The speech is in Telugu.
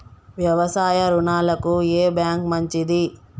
వ్యవసాయ రుణాలకు ఏ బ్యాంక్ మంచిది?